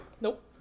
Nope